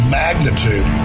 magnitude